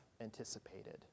anticipated